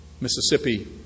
Mississippi